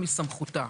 "מסמכותה".